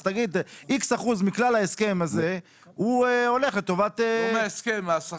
אז תגיד איקס אחוז מכלל ההסכם הזה הולך לטובת מצוינות.